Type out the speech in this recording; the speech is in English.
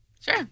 Sure